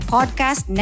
Podcast